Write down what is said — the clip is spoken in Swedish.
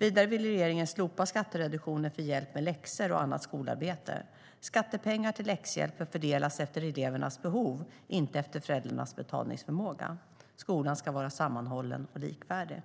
Vidare vill regeringen slopa skattereduktionen för hjälp med läxor och annat skolarbete. Skattepengar till läxhjälp bör fördelas efter elevernas behov, inte efter föräldrarnas betalningsförmåga. Skolan ska vara sammanhållen och likvärdig.